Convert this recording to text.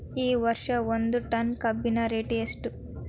ಈ ವರ್ಷ ಒಂದ್ ಟನ್ ಕಬ್ಬಿನ ರೇಟ್ ಎಷ್ಟು?